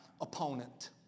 opponent